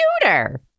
computer